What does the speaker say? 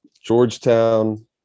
Georgetown